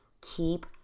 keep